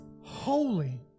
holy